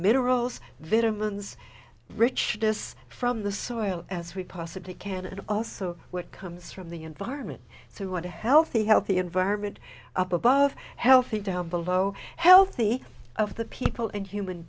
minerals vitor moons rich this from the soil as we possibly can and also what comes from the environment so what a healthy healthy environment up above healthy down below healthy of the people and human